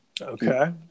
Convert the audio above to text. Okay